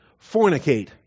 Fornicate